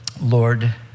Lord